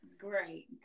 Great